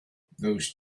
those